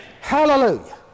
Hallelujah